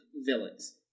villains